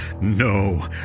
No